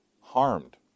harmed